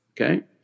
Okay